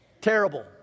Terrible